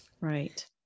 Right